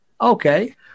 Okay